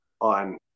on